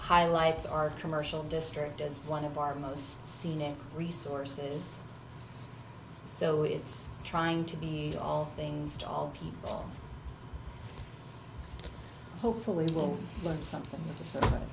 highlights our commercial district is one of our most scenic resources so it's trying to be all things to all people hopefully we'll learn something